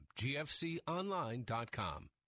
GFConline.com